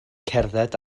cerdded